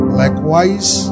likewise